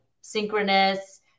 synchronous